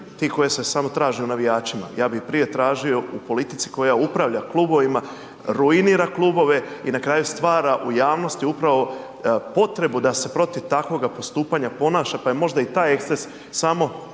ti koje se samo traži u navijačima, ja bi ih prije tražio u politici koja upravlja klubovima, ruinira klubove i na kraju stvara u javnosti upravo potrebu da se protiv takvoga postupanja ponaša pa je možda i taj eksces samo